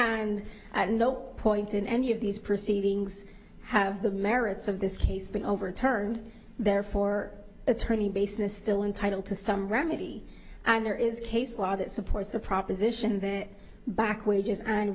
at no point in any of these proceedings have the merits of this case been overturned therefore attorney baseness still entitled to some remedy and there is case law that supports the proposition that back wages and